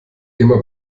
immer